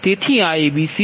તેથી આ એબીસી છે